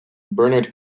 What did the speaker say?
bernard